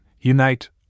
unite